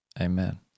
Amen